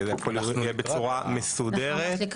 והכל יהיה בצורה מסודרת.